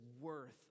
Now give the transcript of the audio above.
worth